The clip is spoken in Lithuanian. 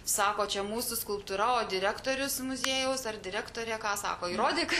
sako čia mūsų skulptūra o direktorius muziejaus ar direktorė ką sako įrodyk